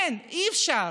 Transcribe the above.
אין, אי-אפשר,